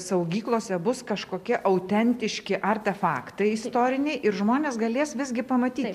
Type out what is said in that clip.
saugyklose bus kažkokie autentiški artefaktai istoriniai ir žmonės galės visgi pamatyti